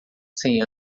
cem